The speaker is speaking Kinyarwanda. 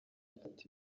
mfata